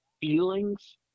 feelings